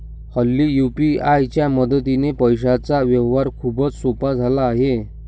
हल्ली यू.पी.आय च्या मदतीने पैशांचा व्यवहार खूपच सोपा झाला आहे